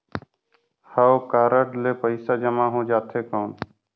हव कारड ले पइसा जमा हो जाथे कौन?